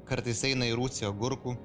kartais eina į rūsį agurkų